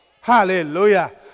Hallelujah